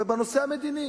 ובנושא המדיני,